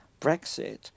Brexit